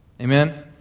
Amen